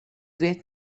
wit